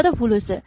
কিবা এটা ভুল হৈছে